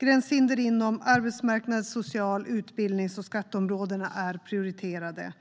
Gränshinder inom arbetsmarknads-, social-, utbildnings och skatteområdena är prioriterade.